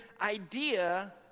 idea